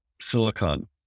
silicon